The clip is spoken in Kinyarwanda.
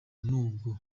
nubwo